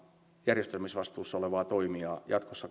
järjestämisvastuussa olevaa toimijaa jatkossa